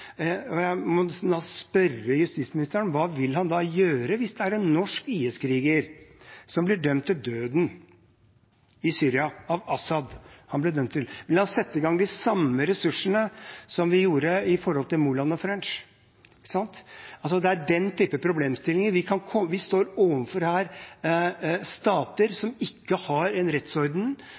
erfaring. Jeg må nesten spørre justisministeren: Hva vil han gjøre hvis en norsk IS-kriger blir dømt til døden i Syria av al-Assad? La oss sette i gang de samme ressursene som vi hadde overfor Moland og French. Det er den type problemstillinger vi står overfor her – stater som ikke har en rettsorden